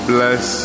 Bless